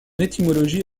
étymologie